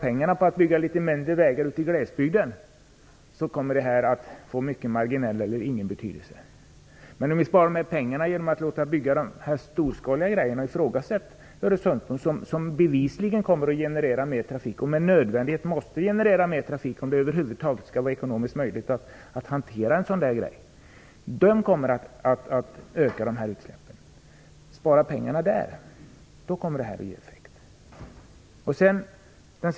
Bygger man litet färre vägar i glesbygden kommer det att ha mycket marginell eller ingen betydelse. Men låter man bli att bygga de storskaliga projekten, som Öresundsbron som bevisligen kommer att generera mer trafik och med nödvändighet måste generera mer trafik om det över huvud taget skall vara ekonomiskt bärande, kommer utsläppen att minska. Spar pengarna där, då kommer det att ge effekt.